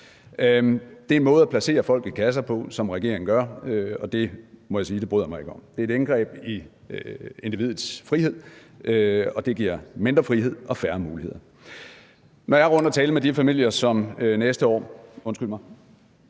Det er en måde at placere folk i kasser på, som regeringen gør, og det må jeg sige at jeg ikke bryder mig om. Det er et indgreb i individets frihed, og det giver mindre frihed og færre muligheder. Når jeg er rundt at tale med de familier, som næste år skal søge